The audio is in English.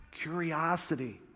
Curiosity